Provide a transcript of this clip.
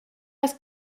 las